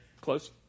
Close